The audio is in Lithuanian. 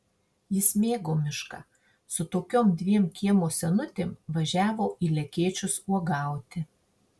jis mėgo mišką su tokiom dviem kiemo senutėm važiavo į lekėčius uogauti